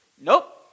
nope